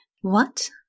What